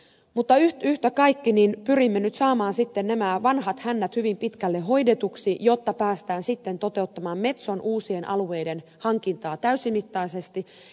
mutta yhtä kaikki pyrimme nyt saamaan sitten nämä vanhat hännät hyvin pitkälle hoidetuksi jotta päästään sitten toteuttamaan metson uusien alueiden hankintaa täysimittaisesti